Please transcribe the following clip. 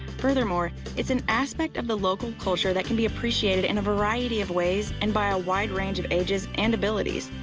furthermore, it's an aspect of the local culture that can be appreciated in a variety of ways and by a wide range of ages and abilities.